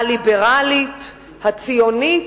הליברלית, הציונית,